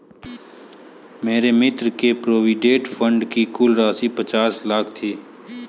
मेरे मित्र के प्रोविडेंट फण्ड की कुल राशि पचास लाख थी